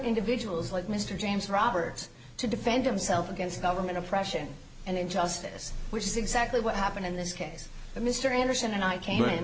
individuals like mr james roberts to defend himself against government oppression and injustice which is exactly what happened in this case that mr anderson and i ca